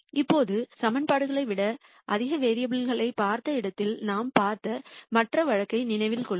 இப்போது சமன்பாடுகளை விட அதிக வேரியபுல்களைப் பார்த்த இடத்தில் நாம் பார்த்த மற்ற வழக்கை நினைவில் கொள்க